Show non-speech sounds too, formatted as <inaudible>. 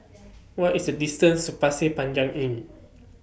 <noise> What IS The distance to Pasir Panjang Inn